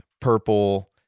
purple